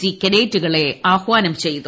സീപ്പു കേഡറ്റുകളെ ആഹ്വാനം ചെയ്തു